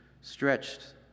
stretched